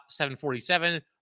747